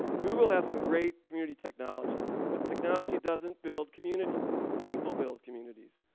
google has some great community technologies. but technology doesn't build communities. people build communities.